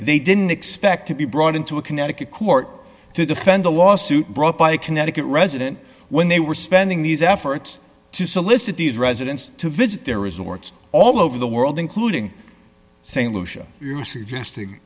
they didn't expect to be brought into a connecticut court to defend a lawsuit brought by a connecticut resident when they were spending these efforts to solicit these residents to visit their resorts all over the world including st lucia you're suggest